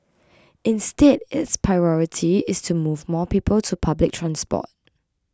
instead its priority is to move more people to public transport